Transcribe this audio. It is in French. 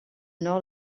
nord